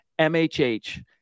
MHH